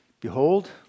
Behold